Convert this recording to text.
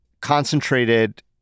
concentrated